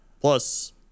plus